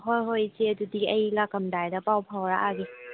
ꯍꯣꯏ ꯍꯣꯏ ꯏꯆꯦ ꯑꯗꯨꯗꯤ ꯑꯩ ꯂꯥꯛꯂꯝꯗꯥꯏꯗ ꯄꯥꯎ ꯐꯥꯎꯔꯛꯑꯒꯦ